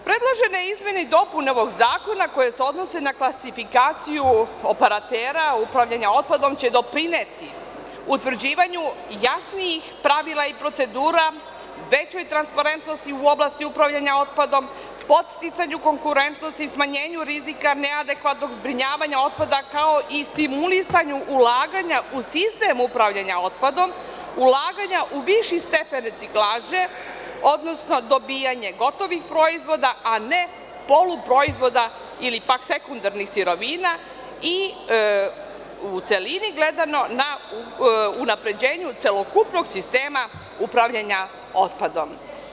Predložene izmene i dopune ovog zakona koje se odnose na klasifikaciju operatera upravljanja otpadom će doprineti utvrđivanju jasnih pravila i procedura, većoj transparentnosti u oblasti upravljanja otpadom, podsticanju konkurentnosti i smanjenja rizika neadekvatnog zbrinjavanja otpada, kao i stimulisanju ulaganja u sistem upravljanja otpadom, ulaganja u viši stepen reciklaže, odnosno dobijanje gotovih proizvoda, a ne poluproizvoda ili pak sekundarnih sirovina i u celini gledano unapređenje celokupnog sistema upravljanja otpadom.